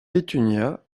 pétunia